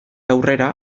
aurrera